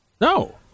No